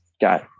got